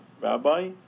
rabbi